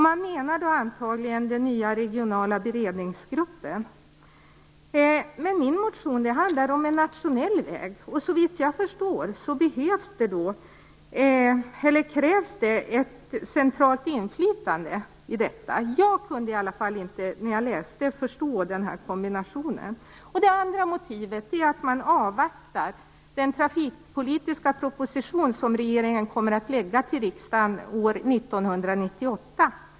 Man menar då antagligen den nya regionala beredningsgruppen. Min motion handlar om en nationell väg. Såvitt jag förstår krävs ett centralt inflytande i detta. Jag kunde inte, när jag läste, förstå kombinationen. Det andra motivet är att man avvaktar den trafikpolitiska proposition som regeringen kommer att lägga till riksdagen år 1998.